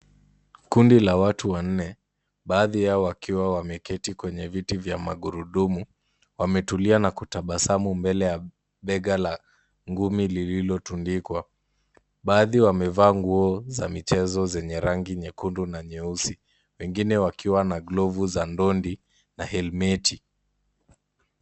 Kundi la watu wanne baadhi yao wakiwa wameketi kwenye viti vya magurudumu wametulia na kutabasamu mbele ya bega la ngumi lililotundikwa. Baadhi wamevaa nguo za michezo zenye rangi nyekundu na nyeusi. Wengine wakiwa na glovu za ndondi na helmeti .